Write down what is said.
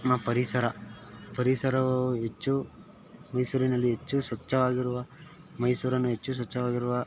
ನಮ್ಮ ಪರಿಸರ ಪರಿಸರವು ಹೆಚ್ಚು ಮೈಸೂರಿನಲ್ಲಿ ಹೆಚ್ಚು ಸ್ವಚ್ಛವಾಗಿರುವ ಮೈಸೂರನ್ನು ಹೆಚ್ಚು ಸ್ವಚ್ಛವಾಗಿರುವ